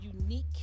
unique